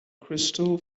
crystal